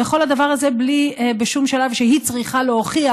וכל הדבר הזה בלי שבשום שלב היא צריכה להוכיח